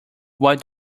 what